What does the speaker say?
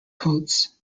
colts